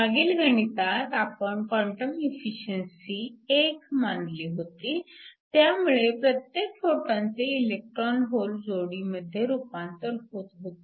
मागील गणितात आपण क्वांटम एफिशिअन्सी 1 मानली होती त्यामुळे प्रत्येक फोटॉनचे इलेक्ट्रॉन होल जोडीमध्ये रूपांतर होत होते